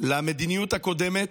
למדיניות הקודמת,